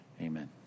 amen